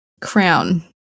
Crown